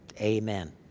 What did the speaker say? amen